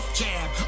jab